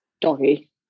Doggy